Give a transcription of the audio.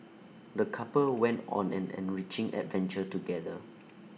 the couple went on an enriching adventure together